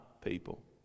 people